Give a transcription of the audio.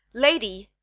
lady,